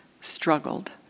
struggled